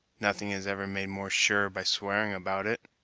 nothing is ever made more sure by swearing about it.